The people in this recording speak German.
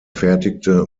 fertigte